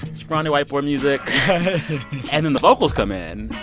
scrawny white boy music and then the vocals come in.